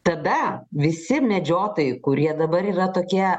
tada visi medžiotojai kurie dabar yra tokie